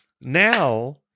Now